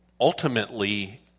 ultimately